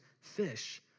fish